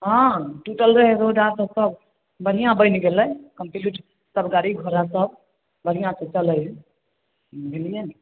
हँ टुटल रहै रोड आओरसब सब बढ़िआँ बनि गेलै कम्प्लीट सब गाड़ी घोड़ासब बढ़िआँसँ चलै हइ बुझलिए ने